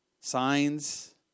Signs